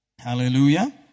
Hallelujah